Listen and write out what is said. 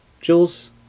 Jules